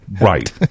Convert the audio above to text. Right